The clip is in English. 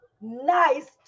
nice